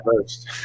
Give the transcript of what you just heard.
first